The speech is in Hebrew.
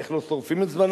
איך לא שורפים את זמנם,